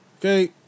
Okay